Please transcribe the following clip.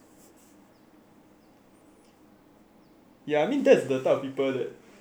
ya I mean that's the type of people that you know compete with loh